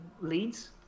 leads